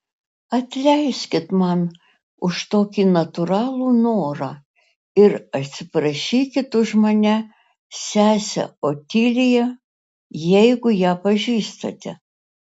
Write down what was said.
atleiskit man už tokį natūralų norą ir atsiprašykit už mane sesę otiliją jeigu ją pažįstate